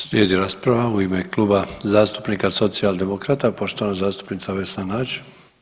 Slijedi rasprava u ime Kluba zastupnika socijaldemokrata poštovana zastupnica Vesna Nađ.